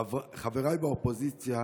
חבריי באופוזיציה